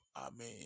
Amen